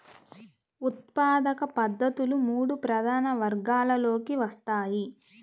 ఉత్పాదక పద్ధతులు మూడు ప్రధాన వర్గాలలోకి వస్తాయి